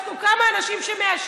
יש פה כמה אנשים שמעשנים,